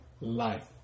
life